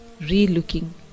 re-looking